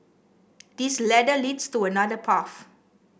this ladder leads to another path